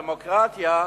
הדמוקרטיה,